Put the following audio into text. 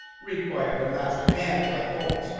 required a master-hand like holt.